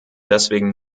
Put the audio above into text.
deswegen